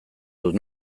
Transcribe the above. dut